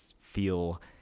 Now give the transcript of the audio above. feel